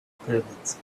pyramids